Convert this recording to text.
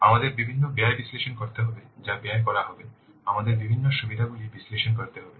আমাদের বিভিন্ন ব্যয় বিশ্লেষণ করতে হবে যা ব্যয় করা হবে আমাদের বিভিন্ন সুবিধা গুলি বিশ্লেষণ করতে হবে